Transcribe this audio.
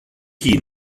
hŷn